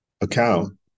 account